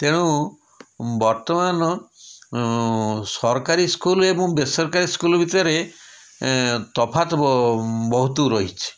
ତେଣୁ ବର୍ତ୍ତମାନ ସରକାରୀ ସ୍କୁଲ୍ ଏବଂ ବେସରକାରୀ ସ୍କୁଲ୍ ଭିତରେ ଏଁ ତଫାତ୍ ବହୁତ ରହିଛି